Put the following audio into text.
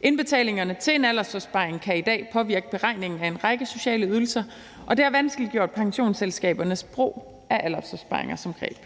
Indbetalingerne til en aldersopsparing kan i dag påvirke beregningen af en række sociale ydelser, og det har vanskeliggjort pensionsselskabernes brug af aldersopsparinger som greb.